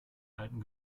alten